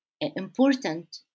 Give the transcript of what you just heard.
important